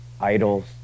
idols